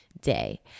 Day